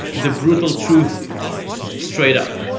the brutal truth straight up